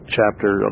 Chapter